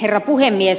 herra puhemies